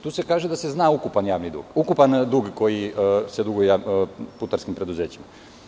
Tu se kaže da se zna ukupan dug koji se duguje putarskim preduzećima.